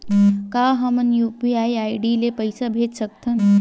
का हम UPI ID ले पईसा भेज सकथन?